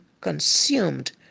consumed